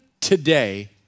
today